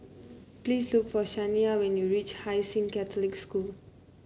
please look for Shaniya when you reach Hai Sing Catholic School